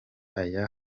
aya